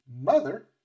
mother